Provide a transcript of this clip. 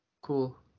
Cool